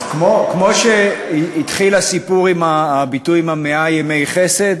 אז כמו שהתחיל הסיפור, הביטוי עם מאה ימי החסד,